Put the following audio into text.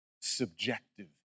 subjective